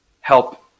help